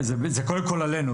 אז, קודם כול, זה עלינו.